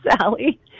Sally